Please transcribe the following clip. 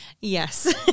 Yes